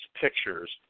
pictures